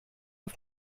auf